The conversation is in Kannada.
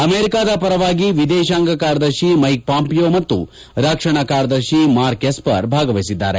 ಅಮೆರಿಕದ ಪರವಾಗಿ ವಿದೇಶಾಂಗ ಕಾರ್ಯದರ್ಶಿ ಮೈಕ್ ಪಾಂಪಿಯೊ ಮತ್ತು ರಕ್ಷಣಾ ಕಾರ್ಯದರ್ಶಿ ಮಾರ್ಕ್ ಎಸ್ಪರ್ ಭಾಗವಹಿಸಿದ್ದಾರೆ